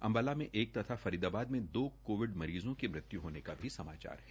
अम्बाला में एक तथा फरीदाबाद में दो कोविड मरीज़ों की मृत्यु होने का भी समाचार है